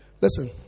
Listen